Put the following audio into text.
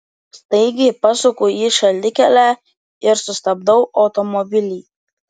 staigiai pasuku į šalikelę ir sustabdau automobilį